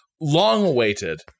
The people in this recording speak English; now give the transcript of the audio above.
long-awaited